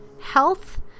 health